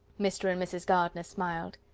mr. and mrs. gardiner smiled.